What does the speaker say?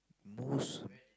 most